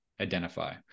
identify